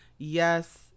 Yes